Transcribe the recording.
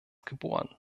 geboren